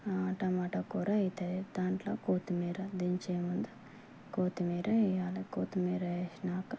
టమాట కూర అవుతుంది దాంట్లో కొత్తిమీర దించేముందు కొత్తిమీర వేయాలి కొత్తిమీర వేసినాక